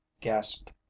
gasped